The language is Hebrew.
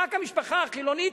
רק המשפחה החילונית,